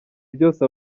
byose